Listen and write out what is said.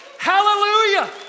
Hallelujah